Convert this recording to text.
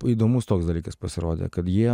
įdomus toks dalykas pasirodė kad jie